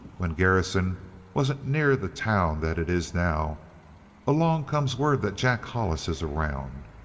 when garrison wasn't near the town that it is now along comes word that jack hollis is around.